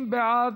50 בעד,